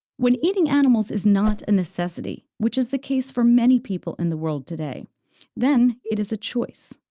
when eating animals is not a necessity which is the case for many people in the world today then it is a choice.